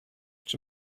czy